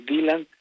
Dylan